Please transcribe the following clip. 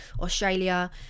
Australia